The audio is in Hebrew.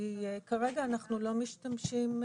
כי כרגע אנחנו לא משתמשים בזה,